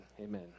amen